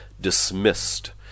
dismissed